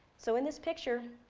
so in this picture,